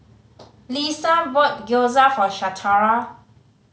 Leesa bought Gyoza for Shatara